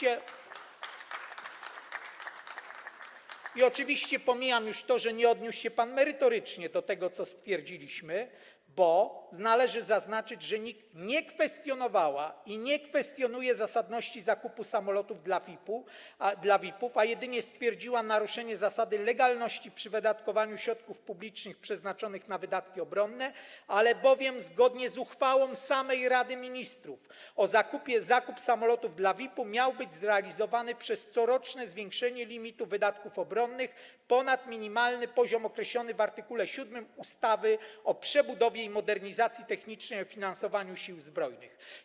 I oczywiście pomijam już to, że nie odniósł się pan merytorycznie do tego, co stwierdziliśmy, bo należy zaznaczyć, że NIK nie kwestionowała i nie kwestionuje zasadności zakupu samolotów dla VIP-ów, a jedynie stwierdziła naruszenie zasady legalności przy wydatkowaniu środków publicznych przeznaczonych na wydatki obronne, albowiem zgodnie z uchwałą samej Rady Ministrów zakup samolotów dla VIP-u miał być zrealizowany przez coroczne zwiększanie limitu wydatków obronnych ponad minimalny poziom określony w art. 7 ustawy o przebudowie i modernizacji technicznej oraz finansowaniu Sił Zbrojnych.